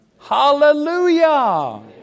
Hallelujah